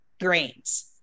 grains